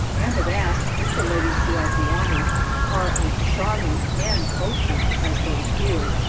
and have asked if the ladies throughout the army are as charming and cultured as those here.